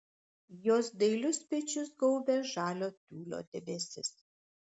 jos dailius pečius gaubė žalio tiulio debesis